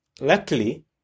luckily